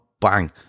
Bang